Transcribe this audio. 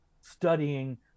studying